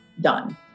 done